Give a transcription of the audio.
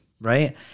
right